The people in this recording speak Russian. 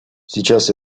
сейчас